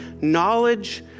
knowledge